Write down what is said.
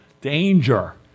danger